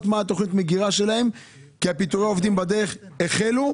מה תכנית המגרה שלהם כי פיטורי העובדים שבדרך החלו,